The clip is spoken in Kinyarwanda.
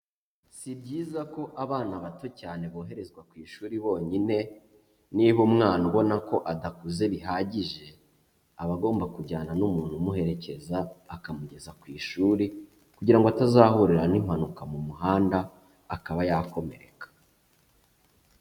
Si byiza ko abana bato cyane boherezwa ku ishuri bonyine, niba umwana ubona ko adakuze bihagije aba agomba kujyana n'umuntu umuherekeza akamugeza ku ishuri kugira ngo atazahurira n'impanuka mu muhanda akaba yakomereka.